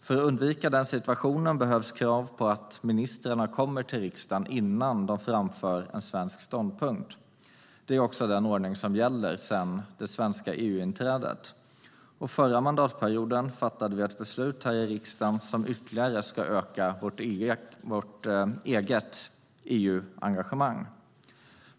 För att undvika denna situation behövs krav på att ministrarna kommer till riksdagen innan de framför en svensk ståndpunkt. Det är också den ordning som gäller sedan det svenska EU-inträdet. Förra mandatperioden fattade vi ett beslut i riksdagen som ytterligare ska öka vårt eget EU-engagemang.